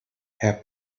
herr